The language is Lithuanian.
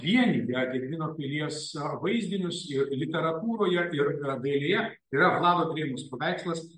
vienija gedimino pilies vaizdinius ir literatūroje ir dailėje yra vlado drėmos paveikslas